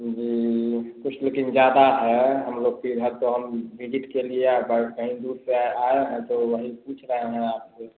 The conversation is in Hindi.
जी कुछ लेकिन ज़्यादा है हम लोग तीन है तो हम भिजिट के लिए अगर कहीं दूर से आए हैं तो वही पूछ रहे हैं आपको